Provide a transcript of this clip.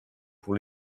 pour